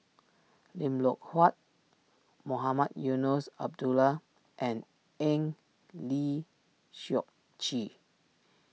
Lim Loh Huat Mohamed Eunos Abdullah and Eng Lee Seok Chee